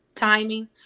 Timing